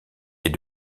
est